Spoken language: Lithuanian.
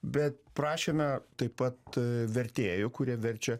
bet prašėme taip pat vertėjų kurie verčia